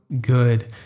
good